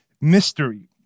mystery